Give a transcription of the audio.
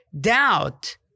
doubt